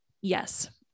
Yes